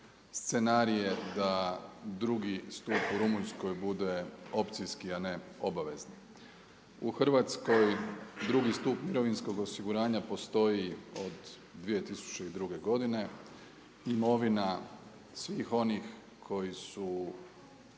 scenarije da drugi stup u rumunjskoj bude opcijski, a ne obavezni. U Hrvatskoj, 2. stup mirovinskoj osiguranja postoji od 2002. godine, imovina, svih onih koji su